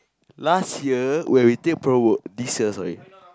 last year when we take promo this year sorry